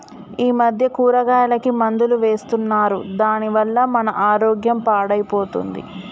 ఈ మధ్య కూరగాయలకి మందులు వేస్తున్నారు దాని వల్ల మన ఆరోగ్యం పాడైపోతుంది